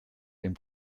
dem